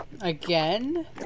Again